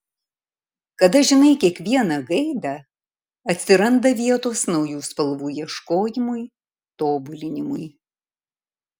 kada žinai kiekvieną gaidą atsiranda vietos naujų spalvų ieškojimui tobulinimui